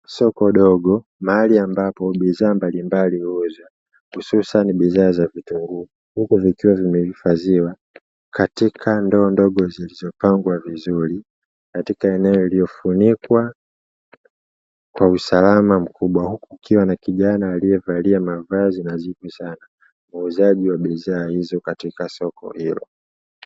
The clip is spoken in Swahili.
Soko dogo mahali ambapo bidhaa mbalimbali huuzwa hususani bidhaa za kitunguu, huku vikiwa zimehifadhiwa katika ndoo ndogo zilizopangwa vizuri, katika eneo lililofunikwa kwa usalama mkubwa, huku kukiwa na kijana aliyevalia mavazi mazuri sana, muuzaji wa bidhaa hizo katika soko hilo.